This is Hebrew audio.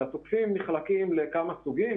התוקפים נחלקים לכמה סוגים,